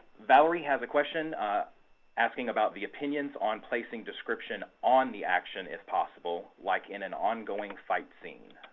valorie has a question asking about the opinions on placing description on the action, if possible, like in an on going fight scene.